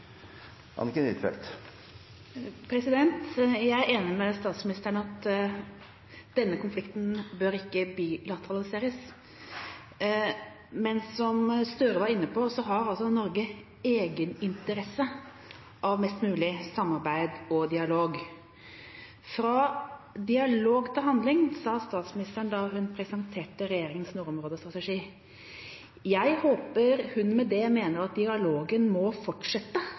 Jeg er enig med statsministeren i at denne konflikten ikke bør bilateraliseres, men som Gahr Støre var inne på, har altså Norge egeninteresse av mest mulig samarbeid og dialog. Fra dialog til handling, sa statsministeren da hun presenterte regjeringas nordområdestrategi. Jeg håper hun med det mener at dialogen må fortsette,